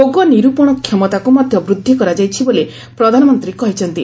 ରୋଗ ନିରୂପଣ କ୍ଷମତାକୁ ମଧ୍ୟ ବୃଦ୍ଧି କରାଯାଇଛି ବୋଲି ପ୍ରଧାନମନ୍ତ୍ରୀ କହିଛନ୍ତି